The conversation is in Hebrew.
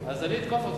אז אני אתקוף אותך.